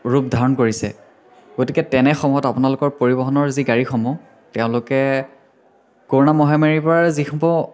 ৰূপ ধাৰণ কৰিছে গতিকে তেনে সময়ত আপোনালোকৰ পৰিবহণৰ যি গাড়ীসমূহ তেওঁলোকে কৰোনা মহামাৰীৰ পৰা যিসমূহ